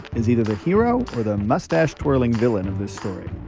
is either the hero or the mustache-twirling villain of this story.